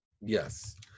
Yes